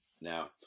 Now